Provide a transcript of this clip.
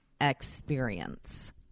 experience